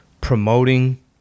promoting